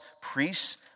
priests